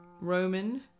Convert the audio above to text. Roman